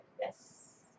Yes